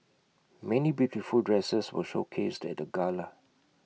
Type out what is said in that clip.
many beautiful dresses were showcased at the gala